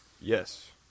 Yes